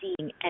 seeing